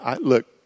look